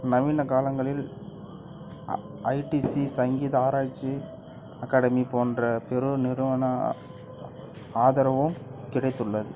நவீன காலங்களில் ஐடிசி சங்கீத ஆராய்ச்சி அகாடமி போன்ற பெருநிறுவன ஆதரவும் கிடைத்துள்ளது